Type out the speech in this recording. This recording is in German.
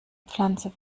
pflanze